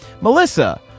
Melissa